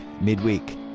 midweek